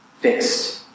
fixed